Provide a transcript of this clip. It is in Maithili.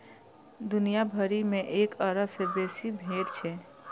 दुनिया भरि मे एक अरब सं बेसी भेड़ छै